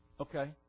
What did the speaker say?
Okay